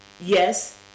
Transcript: Yes